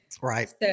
Right